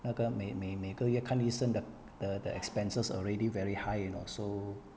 那个每每每个月看医生的 the expenses already very high you know so